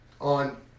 on